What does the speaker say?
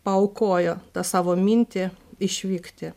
paaukojo tą savo mintį išvykti